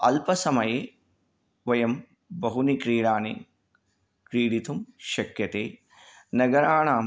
अल्पसमये वयं बहूनि क्रीडाः क्रीडितुं शक्यते नगराणां